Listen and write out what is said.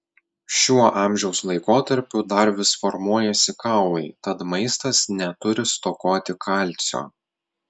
šiuo amžiaus laikotarpiu dar vis formuojasi kaulai tad maistas neturi stokoti kalcio